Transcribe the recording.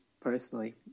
personally